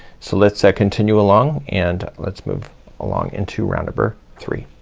so let's ah continue along and let's move along into round over three.